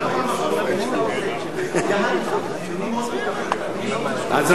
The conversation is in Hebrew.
אני לא יודע אם היו פעם דיונים,